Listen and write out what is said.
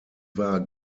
war